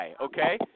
okay